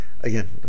again